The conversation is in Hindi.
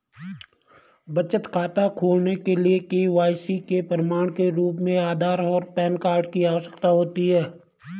बचत खाता खोलने के लिए के.वाई.सी के प्रमाण के रूप में आधार और पैन कार्ड की आवश्यकता होती है